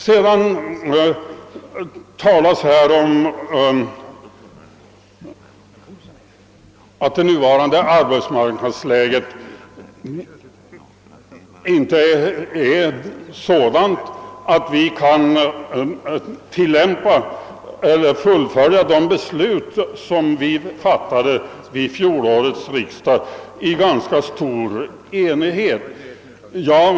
Det talas här om att det nuvarande arbetsmarknadsläget inte är sådant, att vi kan fullfölja de beslut som vi vid fjolårets riksdag fattade i ganska stor enighet.